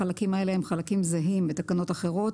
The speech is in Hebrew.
החלקים האלה הם חלקים זהים בתקנות אחרות